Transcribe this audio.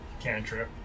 cantrip